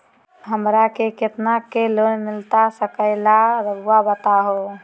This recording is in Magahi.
हमरा के कितना के लोन मिलता सके ला रायुआ बताहो?